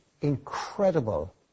incredible